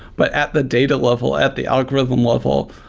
but at the data level, at the algorithm level,